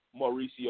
Mauricio